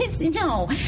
No